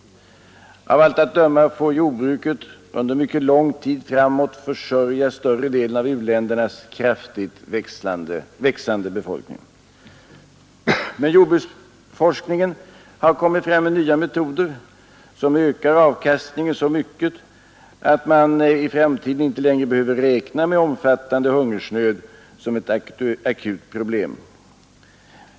Av allt att döma får jordbruket under lång tid framåt försörja större delen av u-ländernas kraftigt växande befolkning. Men jordbruksforskningen har kommit fram med nya metoder, som kan öka avkastningen så mycket att man i framtiden inte längre behöver räkna med omfattande hungersnöd som ett akut problem.